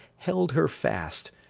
held her fast,